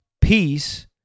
peace